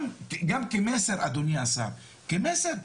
גם כמסר אדוני השר, כמסר.